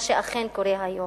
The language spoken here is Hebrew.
מה שאכן קורה היום.